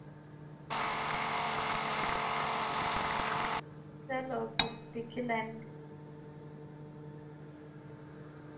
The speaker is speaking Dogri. चलो फ्ही दिक्खी लैङ